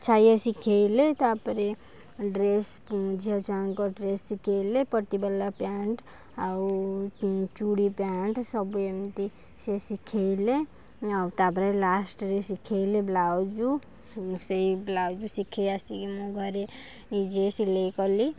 ଛାୟା ଶିଖାଇଲେ ତା'ପରେ ଡ୍ରେସ ଝିଅ ଛୁଆଙ୍କ ଡ୍ରେସ ଶିଖାଇଲେ ପଟି ବାଲା ପ୍ୟାଣ୍ଟ ଆଉ ଚୁଡ଼ି ପ୍ୟାଣ୍ଟ ସବୁ ଏମିତି ସିଏ ଶିଖାଇଲେ ଆଉ ତା'ପରେ ଲାଷ୍ଟରେ ଶିଖାଇଲେ ବ୍ଲାଉଜ ସେଇ ବ୍ଲାଉଜ ଶିଖେଇ ଆସିକି ମୁଁ ଘରେ ନିଜେ ସିଲେଇ କଲି